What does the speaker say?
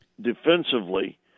defensively